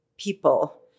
people